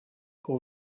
pour